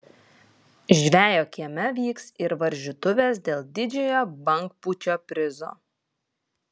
žvejo kieme vyks ir varžytuvės dėl didžiojo bangpūčio prizo